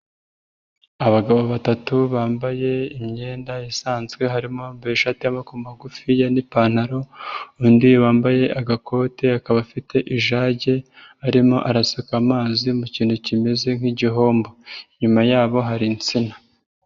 Abagabo batatu bambaye imyenda isanzwe harimo uwambaye ishati y'amaboko magufiya n'ipantaro, undi wambaye agakoti akaba afite ijagi arimo arasuka amazi mu kintu kimeze nk'igihombo, inyuma yabo hari insina.